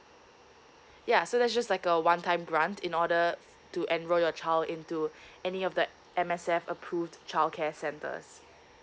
ya so that's just like a one time grant in order to enroll your child into any of that M_S_F approved childcare centres